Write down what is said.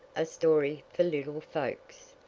a story for little folks.